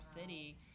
city